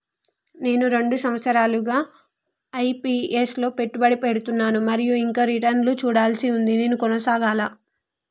నేను రెండు సంవత్సరాలుగా ల ఎస్.ఐ.పి లా పెట్టుబడి పెడుతున్నాను మరియు ఇంకా రిటర్న్ లు చూడాల్సి ఉంది నేను కొనసాగాలా?